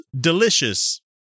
delicious